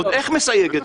ועוד איך מסייג את זה.